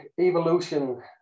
evolution